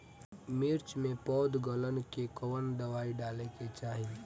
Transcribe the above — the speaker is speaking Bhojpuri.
मिर्च मे पौध गलन के कवन दवाई डाले के चाही?